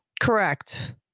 Correct